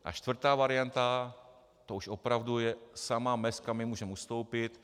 A čtvrtá varianta, to už opravdu je sama mez, kam my můžeme ustoupit.